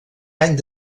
any